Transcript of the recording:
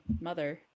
mother